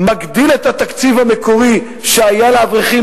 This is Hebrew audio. מגדיל את התקציב המקורי שהיה לאברכים,